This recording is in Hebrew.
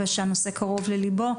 והנושא קרוב לליבו.